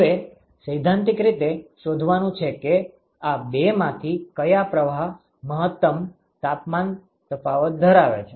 હવે સૈદ્ધાંતિક રીતે શોધવાનુ છે કે આ બેમાંથી કયા પ્રવાહ મહત્તમ તાપમાન તફાવત ધરાવે છે